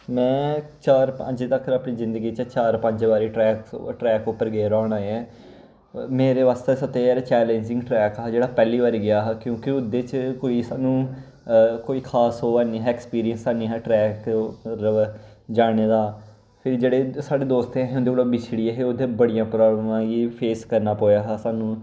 में चार पंज तक्कर अपनी जिंदगी च चार पंज बारी ट्रैक उप्पर गेदा होना ऐ मेरे बास्तै सारें कोला दा चैलेंजिंग ट्रैक हा जेह्ड़ा पैह्ली बारी गेआ हा क्योंकि ओह्दे च कोई सानू कोई खास ओह् निं हा एक्सपीरियंस निं हा ट्रैक पर जाने दा फिर साढ़े जेह्ड़े दोस्त हे अस उं'दे कोला दा बिछड़ी गे हे उद्धर बड़ियां प्राब्लमां फेस करना पेआ हा सानू